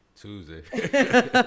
Tuesday